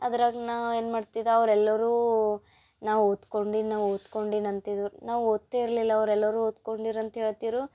ಅದ್ರಾಗ ನಾವು ಏನು ಮಾಡ್ತಿದ ಅವರೆಲ್ಲರೂ ನಾ ಓದ್ಕೊಂಡಿನಿ ನಾ ಓದ್ಕೊಂಡಿನಿ ಅಂತಿದ್ದರು ನಾ ಓದ್ತಾ ಇರಲಿಲ್ಲ ಅವರೆಲ್ಲರೂ ಓದ್ಕೊಂಡಿರಿ ಅಂತ ಹೇಳ್ತಿದ್ರು